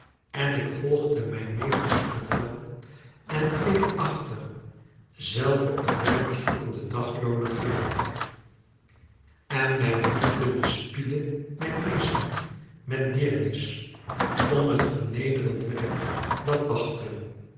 en ik volgde mijn meesters bevel en bleef achter zelve een werk zoekende daglooner gelijk en mijn liefde bespiedde mijn meester met deernis om het vernederend werk dat wachtte